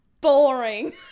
boring